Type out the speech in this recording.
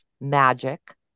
magic